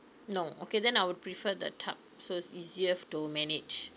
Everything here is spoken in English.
no okay then I would prefer the tub so it's easier to manage